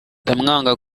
ndamwanga